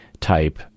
type